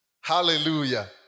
Hallelujah